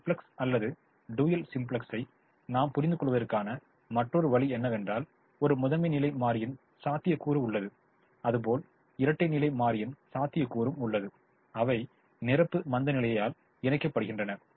simplex அல்லது dual சிம்ப்ளெக்ஸை நாம் புரிந்துகொள்வதற்கான மற்றொரு வழி என்னவென்றால் ஒரு முதன்மை நிலை மாறியின் சாத்தியக்கூறு உள்ளது அதுபோல் இரட்டை நிலை மாறியின் சாத்தியக்கூறும் உள்ளது அவை நிரப்பு மந்தநிலையால் இணைக்கப்படுகின்றன